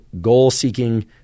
goal-seeking